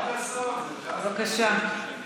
בבקשה.